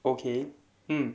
okay mm